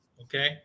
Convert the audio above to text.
okay